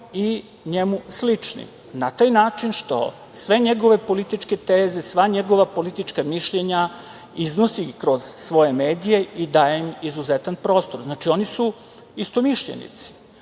i njemu sličnim, na taj načni što sve njegove političke teze, sva njegova politička mišljenja iznosi kroz svoje medije i daje im izuzetan prostor. Znači, oni su istomišljenici.